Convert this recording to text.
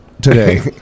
today